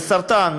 בסרטן,